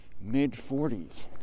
mid-40s